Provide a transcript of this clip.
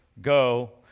go